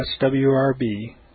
swrb